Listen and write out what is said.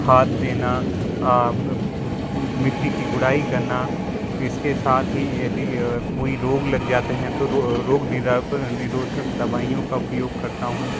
खाद देना मिट्टी कि गुड़ाई करना इसके साथ ही यदि कोई रोग लग जाते हैं तो रोग निरोधक दवाइयों का उपयोग करता हूँ